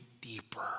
deeper